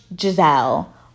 Giselle